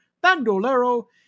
Bandolero